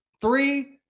Three